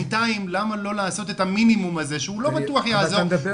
בינתיים למה לא לעשות את המינימום הזה שהוא לא בטוח יעזור,